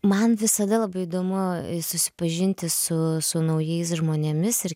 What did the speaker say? man visada labai įdomu susipažinti su su naujais žmonėmis ir